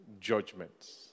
judgments